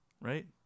right